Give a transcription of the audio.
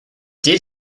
did